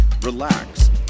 relax